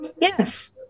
Yes